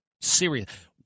Serious